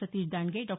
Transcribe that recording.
Satish Dandge Dr